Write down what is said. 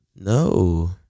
No